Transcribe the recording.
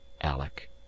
Alec